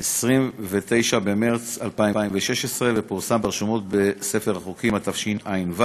29 במרס 2016, ופורסם ברשומות בספר חוקים התשע"ו,